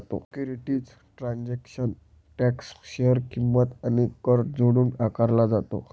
securities transaction tax share किंमत आणि कर जोडून आकारला जातो